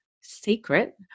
secret